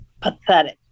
pathetic